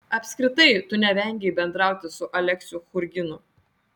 apskritai tu nevengei bendrauti su aleksiu churginu